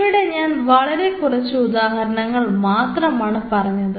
ഇവിടെ ഞാൻ വളരെ കുറച്ച് ഉദാഹരണങ്ങൾ മാത്രമാണ് പറഞ്ഞത്